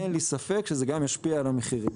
אין לי ספק שזה גם ישפיע על המחירים.